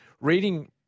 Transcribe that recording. Reading